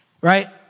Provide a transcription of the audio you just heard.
right